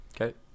Okay